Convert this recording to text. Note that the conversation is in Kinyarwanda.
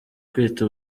kwita